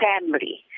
family